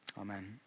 Amen